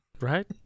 Right